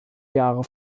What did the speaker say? jahre